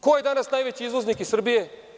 Ko je danas najveći izvoznik iz Srbije?